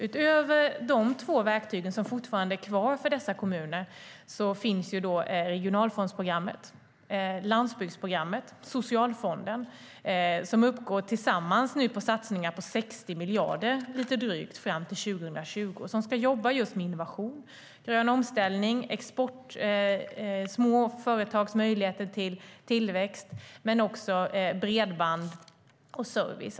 Utöver de två verktyg som fortfarande är kvar för dessa kommuner finns regionalfondsprogrammet, landsbygdsprogrammet och socialfonden. De uppgår tillsammans till satsningar på lite drygt 60 miljarder fram till 2020. Man ska jobba med innovation, grön omställning, små företags möjligheter till tillväxt men också bredband och service.